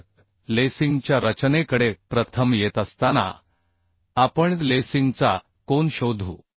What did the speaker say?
तर लेसिंगच्या रचनेकडे प्रथम येत असताना आपण लेसिंगचा कोन शोधू